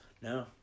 No